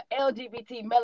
LGBT